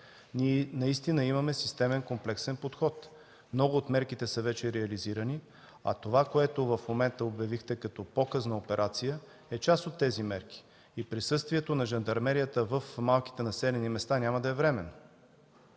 Ние имаме системен и комплексен подход. Много от мерките вече са реализирани. Това, което в момента обявихте като показна операция, е част от тези мерки. Присъствието на жандармерията в малките населени места няма да е временно.